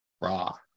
Raw